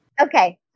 Okay